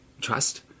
trust